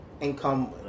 income